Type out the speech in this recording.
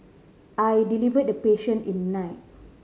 I delivered the patient in night